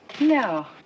No